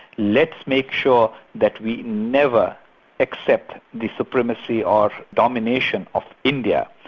let's make sure that we never accept the supremacy or domination of india.